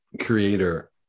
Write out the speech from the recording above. creator